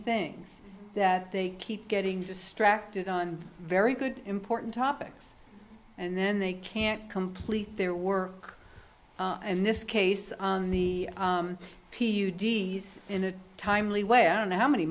things that they keep getting distracted on very good important topics and then they can't complete their work in this case on the p u d s in a timely way i don't know how many